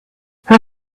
her